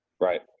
right